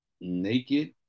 naked